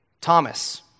Thomas